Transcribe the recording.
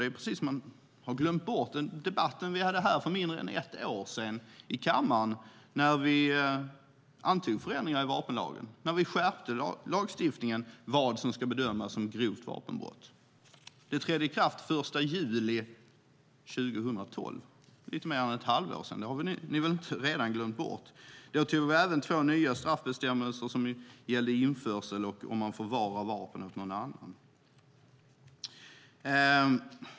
Det är precis som om ni har glömt bort den debatt som vi hade här i kammaren för mindre än ett år sedan då vi antog förändringar i vapenlagen och skärpte lagstiftningen när det gäller vad som ska bedömas som grovt vapenbrott. Dessa förändringar trädde i kraft den 1 juli 2012, för lite mer än ett halvår sedan, och det har ni redan glömt bort. Då antog vi även två nya straffbestämmelser som gäller införsel av vapen och om man förvarar vapen åt någon annan.